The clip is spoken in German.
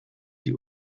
die